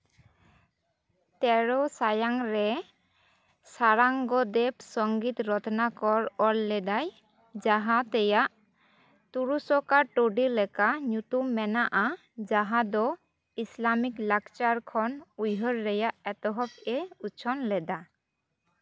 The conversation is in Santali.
ᱛᱮᱨᱚ ᱥᱟᱭᱟᱝ ᱨᱮ ᱥᱟᱨᱚᱝᱜᱚ ᱫᱮᱵ ᱥᱚᱝᱜᱤᱛ ᱨᱚᱛᱱᱟᱠᱚᱨ ᱚᱞ ᱞᱮᱫᱟᱭ ᱡᱟᱦᱟᱸ ᱛᱮᱭᱟᱜ ᱛᱩᱨᱩᱥᱚᱠᱟ ᱴᱩᱰᱤ ᱞᱮᱠᱟ ᱧᱩᱛᱩᱢ ᱢᱮᱱᱟᱜᱼᱟ ᱡᱟᱦᱟᱸ ᱫᱚ ᱤᱥᱞᱟᱢᱤᱠ ᱞᱟᱠᱪᱟᱨ ᱠᱷᱚᱱ ᱩᱭᱦᱟᱹᱨ ᱨᱮᱭᱟᱜ ᱮᱛᱚᱦᱚᱵ ᱮ ᱩᱪᱷᱟᱹᱱ ᱞᱮᱫᱟ